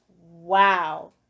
wow